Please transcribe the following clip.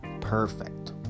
Perfect